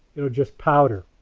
it'll just powder